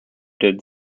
did